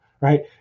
Right